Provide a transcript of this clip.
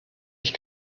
ich